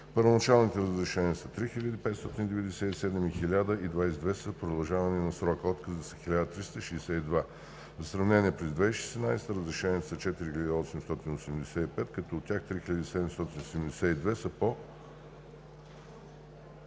първоначалните разрешения са 3597 и 1022 са за продължаване на срока. Отказите са 1362. За сравнение, през 2016 г. разрешенията са 4885, като от тях 3772 са по